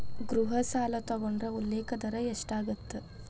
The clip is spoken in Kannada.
ಗೃಹ ಸಾಲ ತೊಗೊಂಡ್ರ ಉಲ್ಲೇಖ ದರ ಎಷ್ಟಾಗತ್ತ